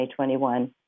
2021